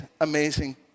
amazing